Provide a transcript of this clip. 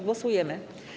Głosujemy.